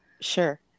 sure